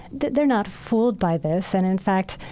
they're not fooled by this. and in fact,